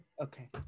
okay